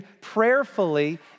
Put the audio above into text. prayerfully